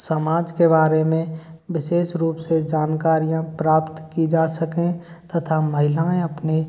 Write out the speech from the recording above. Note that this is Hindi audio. समाज के बारे में विशेष रूप से जानकारियाँ प्राप्त की जा सकें तथा महिलाएँ अपने